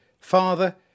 Father